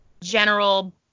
general